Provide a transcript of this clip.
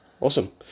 Awesome